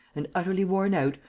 and, utterly worn out,